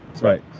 Right